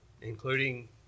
including